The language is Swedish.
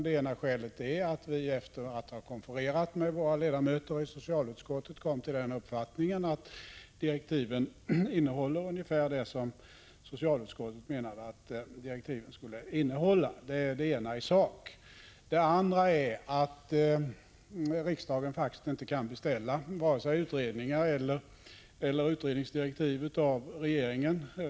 Det ena skälet är att vi, efter att ha konfererat med våra ledamöter i socialutskottet, kom till uppfattningen att direktiven innehöll ungefär det som socialutskottet menade att de skulle innehålla. Det är det ena, i sak. Det andra är det formella, att riksdagen faktiskt inte kan beställa vare sig utredningar eller utredningsdirektiv av regeringen.